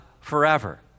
forever